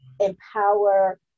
empower